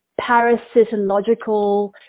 parasitological